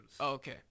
okay